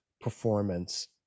performance